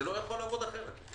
זה לא יכול לעבוד אחרת.